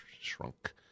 Shrunk